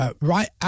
right